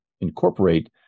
incorporate